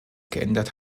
geändert